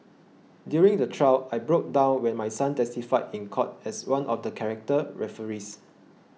during the trial I broke down when my son testified in court as one of the character referees